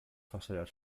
verschleiert